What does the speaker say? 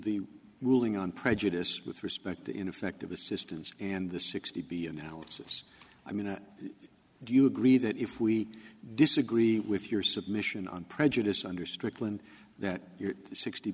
the ruling on prejudice with respect to ineffective assistance and the sixty b analysis i mean do you agree that if we disagree with your submission on prejudice under strickland that